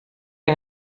che